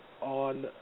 on